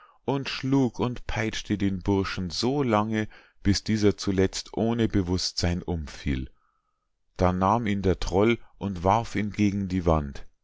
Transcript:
und schlug und peitschte den burschen so lange bis dieser zuletzt ohne bewusstsein umfiel da nahm ihn der troll und warf ihn gegen die wand